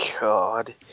God